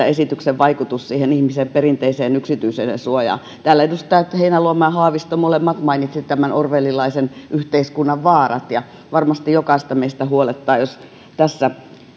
esityksistä vaikutus perinteiseen yksiytyisyydensuojaan täällä edustajat heinäluoma ja haavisto molemmat mainitsivat orwellilaisen yhteiskunnan vaarat ja varmasti jokaista meistä huolettaa jos tässä